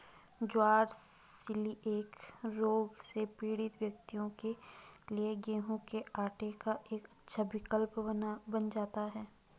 ज्वार coeliac रोग से पीड़ित व्यक्तियों के लिए गेहूं के आटे का एक अच्छा विकल्प बन जाता है